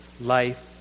life